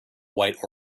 white